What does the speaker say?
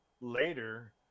later